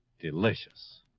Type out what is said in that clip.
delicious